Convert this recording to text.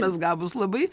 mes gabūs labai